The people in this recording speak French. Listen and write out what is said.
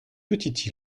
petite